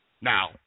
Now